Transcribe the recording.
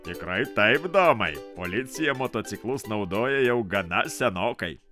tikrai taip domai policija motociklus naudoja jau gana senokai